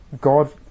God